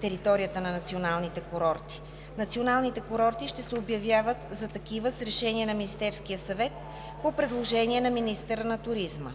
територията на националните курорти. Националните курорти ще се обявяват за такива с решение на Министерския съвет по предложение на министъра на туризма.